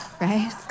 right